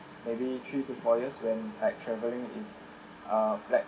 maybe three to four years when when like travelling is uh back